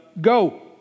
go